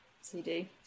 CD